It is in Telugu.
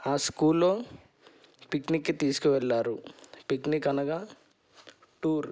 ఆ స్కూల్ల్లో పిక్నిక్కి తీసుకువెళ్ళారు పిక్నిక్ అనగా టూర్